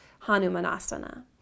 Hanumanasana